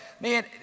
man